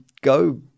go